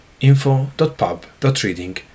info.pub.reading